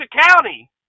County